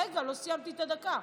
רגע, לא סיימתי את הדקה.